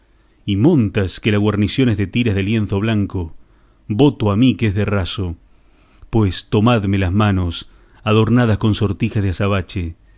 y montas que la guarnición es de tiras de lienzo blanca voto a mí que es de raso pues tomadme las manos adornadas con sortijas de azabache